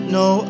no